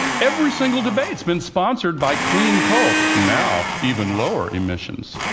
every single debate has been sponsored by clean coal. now, even lower emissions!